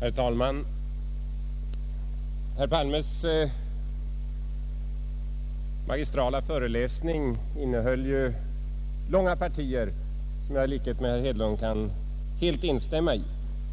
Herr talman! Herr Palmes magistrala föreläsning innehöll ju långa partier som jag i likhet med herr Hedlund helt kan instämma i.